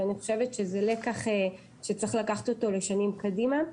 ואני חושבת שזה לקח שצריך לקחת אותו לשנים קדימה.